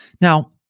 Now